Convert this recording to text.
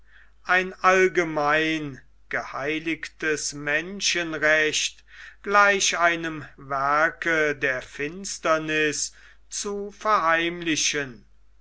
ein allgemein geheiligtes menschenrecht gleich einem werke der finsterniß zu verheimlichen